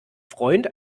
freund